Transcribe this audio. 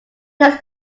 this